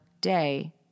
day